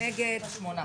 שמונה.